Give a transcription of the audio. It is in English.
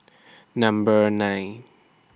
Number nine